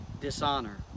dishonor